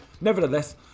Nevertheless